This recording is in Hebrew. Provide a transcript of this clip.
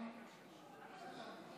איאד אלחלאק.